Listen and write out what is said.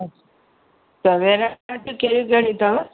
वेराइटियूं कहिड़ियूं कहिड़ियूं अथव